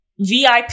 VIP